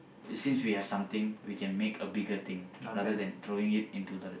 since we have something we can make a bigger thing rather throwing it into toilet